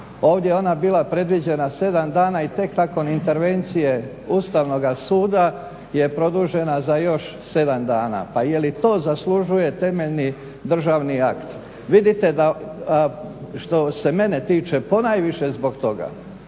Ovdje je ona bila predviđena 7 dana i tek nakon intervencije Ustavnoga suda je produžena za još 7 dana. Pa je li to zaslužuje temeljni državni akt? Vidite da, što se mene tiče ponajviše zbog toga